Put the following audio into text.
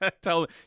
Tell